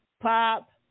pop